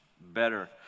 better